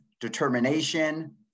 determination